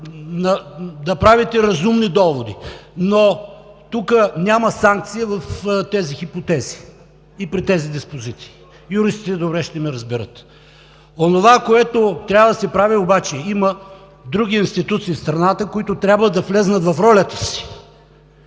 да правите разумни доводи, но няма санкция в тези хипотези и тези диспозити. Юристите добре ще ме разберат. Онова, което трябва да се прави обаче, е – има други институции в страната, които трябва да влязат в ролята си.